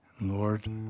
Lord